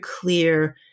clear